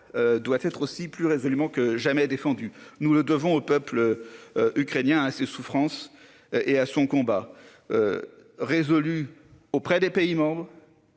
Doit être aussi plus résolument que jamais défendu, nous le devons au peuple ukrainien à ses souffrances et à son combat. Résolu auprès des pays membres.